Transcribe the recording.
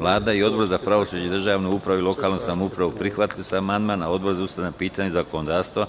Vlada i Odbor za pravosuđe, državnu upravu i lokalnu samoupravu prihvatili su amandman, a Odbor za ustavna pitanja i zakonodavstvo